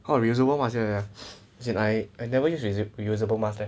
oh reusable mask ya yeah ya as in I never use reusable mask leh